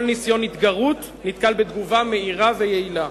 כל ניסיון התגרות נתקל בתגובה מהירה ויעילה.